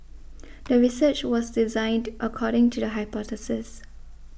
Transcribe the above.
the research was designed according to the hypothesis